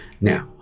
Now